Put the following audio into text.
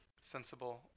sensible